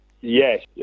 Yes